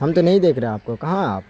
ہم تو نہیں دیکھ رہے آپ کو کہاں ہیں آپ